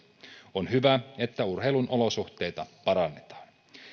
on hyvä että urheilun olosuhteita parannetaan